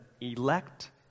elect